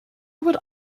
would